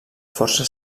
força